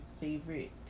favorite